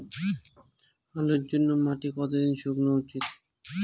আলুর জন্যে মাটি কতো দিন শুকনো উচিৎ?